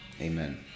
Amen